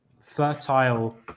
fertile